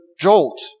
jolt